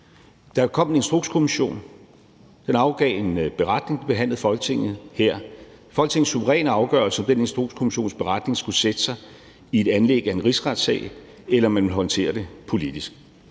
Der kom en Instrukskommission, som afgav en beretning, og det behandlede Folketinget her. Det var Folketingets suveræne afgørelse, om den Instrukskommissions beretning skulle sætte sig i et anlæg af en rigsretssag, eller om man ville håndtere det politisk.